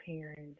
parents